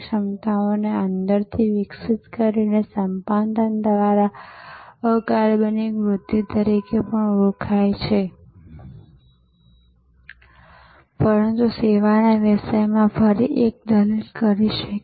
પછી તેઓને હબ અને યાંત્રિક સ્પોક દ્વારા ફરીથી વિતરિત કરવામાં આવશે અને અંતે ખૂબ જ ઝડપથી ગંતવ્ય સુધી પહોંચવા માટે કરવામાં આવશે